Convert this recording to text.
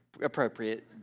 appropriate